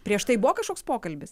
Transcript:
prieš tai buvo kažkoks pokalbis